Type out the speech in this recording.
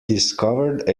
discovered